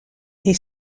est